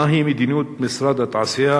מהי מדיניות משרד התעשייה,